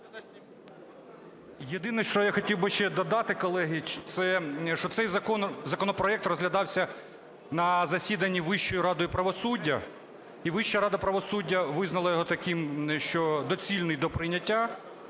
Єдине, що я хотів би ще додати, колеги, що цей законопроект розглядався на засіданні Вищої радою правосуддя, і Вища рада правосуддя визнала його таким, що доцільний до прийняття,